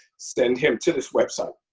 send him to this website,